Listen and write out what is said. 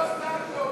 לא שר,